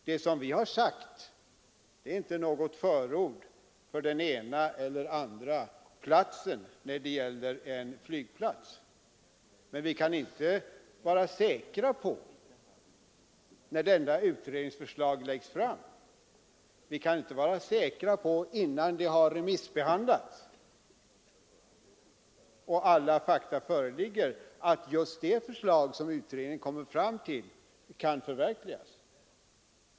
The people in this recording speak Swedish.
Vad vi har sagt är inte något förord för den ena eller andra placeringen av en flygplats, men vi kan inte vara säkra på att utredningens förslag — innan det har remissbehandlats och alla fakta föreligger — kan förverkligas.